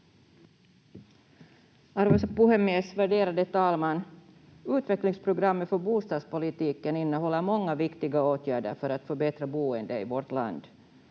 Arvoisa puhemies, värderade talman! Utvecklingsprogrammet för bostadspolitiken innehåller många viktiga åtgärder för att förbättra boendet i vårt land.